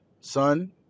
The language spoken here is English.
son